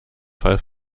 fall